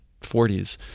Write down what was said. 40s